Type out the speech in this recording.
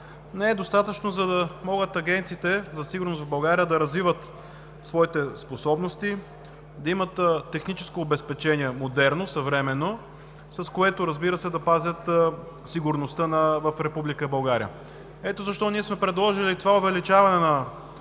Не е достатъчно, за да могат агенциите за сигурност в България да развиват своите способности, да имат техническо обезпечение – модерно, съвременно, с което да пазят сигурността в Република България. Ето защо ние сме предложили това увеличаване на